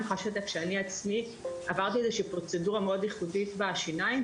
אני יכולה לשתף שאני עצמי עברתי פרוצדורה מאוד ייחודית בשיניים,